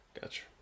Gotcha